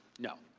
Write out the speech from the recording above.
no.